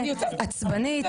עצבנית,